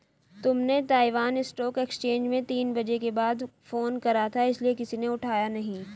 तुमने Taiwan stock exchange में तीन बजे के बाद फोन करा था इसीलिए किसी ने उठाया नहीं